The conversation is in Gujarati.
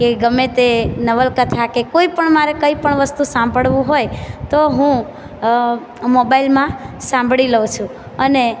કે ગમે તે નવલકથા કે કોઈ પણ મારે કંઈ પણ વસ્તુ સાંભળવું હોય તો હું મોબાઈલમાં સાંભળી લઉં છું અને